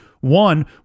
One